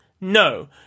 No